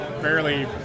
fairly